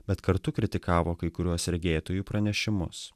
bet kartu kritikavo kai kuriuos sergėtojų pranešimus